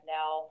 now